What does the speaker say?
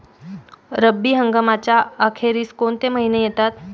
रब्बी हंगामाच्या अखेरीस कोणते महिने येतात?